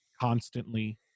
constantly